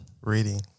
Reading